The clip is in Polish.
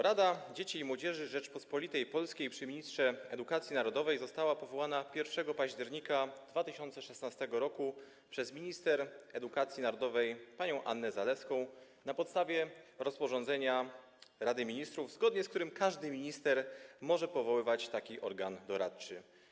Rada Dzieci i Młodzieży Rzeczypospolitej Polskiej przy ministrze edukacji narodowej została powołana 1 października 2016 r. przez minister edukacji narodowej panią Annę Zalewską na podstawie rozporządzenia Rady Ministrów, zgodnie z którym każdy minister może powoływać taki organ doradczy.